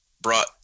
brought